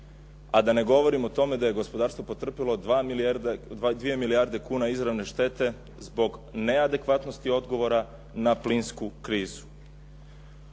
a da ne govorim o tome da je gospodarstvo pretrpilo 2 milijarde kuna izravne štete zbog neadekvatnosti odgovora na plinsku krizu.